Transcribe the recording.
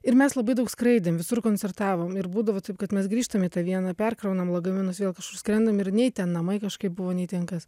ir mes labai daug skraidėm visur koncertavom ir būdavo taip kad mes grįžtam į tą vieną perkraunam lagaminus vėl skrendam ir nei ten namai kažkaip buvo nei ten kas